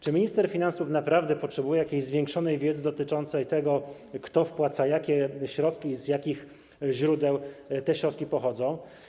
Czy minister finansów naprawdę potrzebuje jakiejś zwiększonej wiedzy dotyczącej tego, kto wpłaca, jakie to są środki i z jakich źródeł one pochodzą?